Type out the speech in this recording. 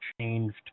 changed